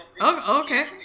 Okay